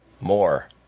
more